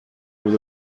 بود